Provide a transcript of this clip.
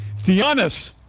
Theonis